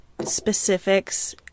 specifics